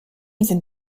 sind